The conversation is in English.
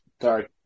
Sorry